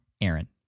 Aaron